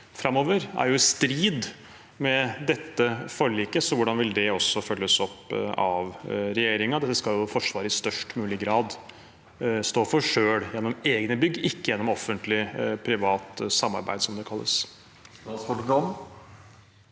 framover. Det er i strid med dette forliket, så hvordan vil det følges opp av regjeringen? Dette skal jo Forsvaret i størst mulig grad stå for selv, gjennom egne bygg, ikke gjennom offentlig-privat samarbeid, som det kalles.